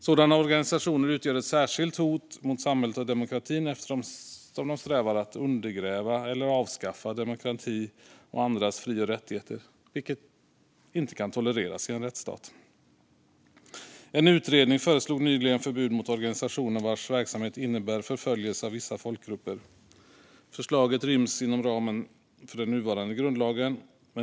Sådana organisationer utgör ett särskilt hot mot samhället och demokratin, eftersom de strävar efter att undergräva eller avskaffa demokrati och andras fri och rättigheter, vilket inte kan tolereras i en rättsstat. En utredning föreslog nyligen förbud mot organisationer vars verksamhet innebär förföljelse av vissa folkgrupper. Förslaget ryms inom ramen för den nuvarande grundlagen.